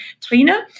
Trina